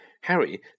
Harry